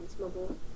mobile